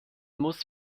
muss